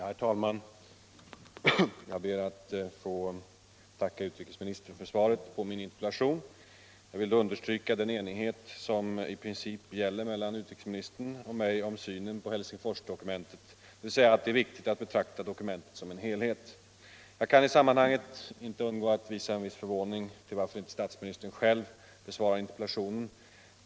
Herr talman! Jag ber att få tacka utrikesministern för svaret på min interpellation. Jag vill understryka den enighet som i princip gäller mellan utrikesministern och mig om synen på Helsingforsdokumentet, dvs. att det är viktigt att betrakta dokumentet som en helhet. Jag kan i sammanhanget inte undgå att visa en viss förvåning över att inte statsministern själv besvarar interpellationen.